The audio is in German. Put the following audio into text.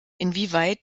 inwieweit